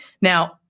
Now